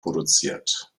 produziert